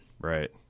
Right